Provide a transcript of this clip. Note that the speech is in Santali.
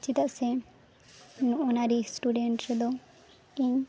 ᱪᱮᱫᱟᱜ ᱥᱮ ᱱᱚᱜ ᱱᱟ ᱨᱮᱥᱴᱩᱨᱮᱱᱴ ᱨᱮᱫᱚ ᱤᱧ